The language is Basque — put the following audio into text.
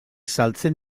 saltzen